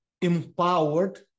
empowered